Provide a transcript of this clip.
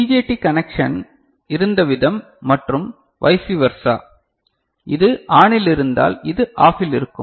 BJT connection இருந்த விதம் மற்றும் வைசி வர்சா இது ஆனில் இருந்தால் இது ஆஃபில் இருக்கும்